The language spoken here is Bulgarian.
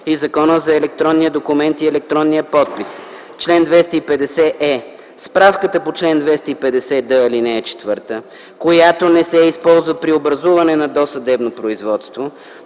и Закона за електронния документ и електронния подпис. Чл. 250е. Справката по чл. 250д, ал. 4, която не се използва при образуване на досъдебно производство,